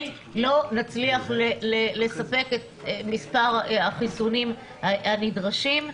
לא נצליח לספק את מספר החיסונים הנדרשים.